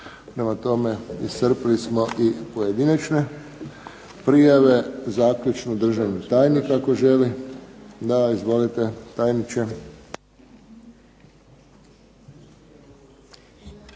Prema tome iscrpili smo i pojedinačne prijave. Zaključno državni tajnik ako želi? Da. Izvolite tajniče.